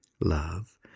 love